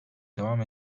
devam